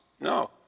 No